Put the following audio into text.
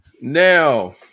now